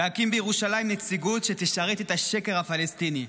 להקים בירושלים נציגות שתשרת את השקר הפלסטיני.